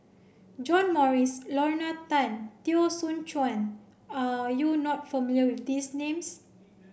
John Morrice Lorna Tan Teo Soon Chuan are you not familiar with these names